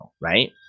right